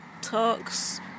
talks